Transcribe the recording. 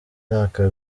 myaka